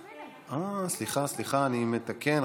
סליחה, אני מתקן.